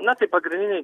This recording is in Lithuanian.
na tai pagrindiniai